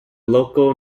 local